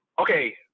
okay